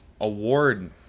award